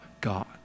God